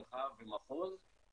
מרחב ומחוז,